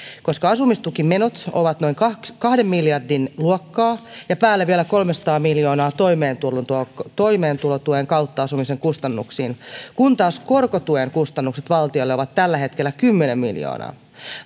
koska asumistukimenot ovat noin kahden miljardin luokkaa ja päälle vielä kolmesataa miljoonaa toimeentulotuen kautta asumisen kustannuksiin kun taas korkotuen kustannukset valtiolle ovat tällä hetkellä kymmenen miljoonaa